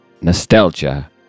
Nostalgia